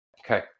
Okay